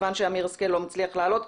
כיוון שאמיר השכל לא מצליח לעלות,